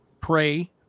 pray